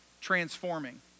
transforming